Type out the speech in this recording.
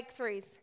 breakthroughs